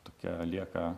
tokia lieka